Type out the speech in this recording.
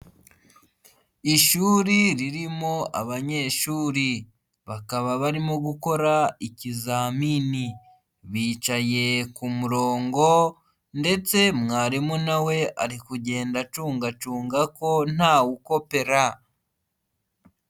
Ishuri ririmo abanyeshuri, bakaba barimo gukora ikizamini, bicaye ku murongo ndetse mwarimu nawe ari kugenda acungacunga ko ntawukopera.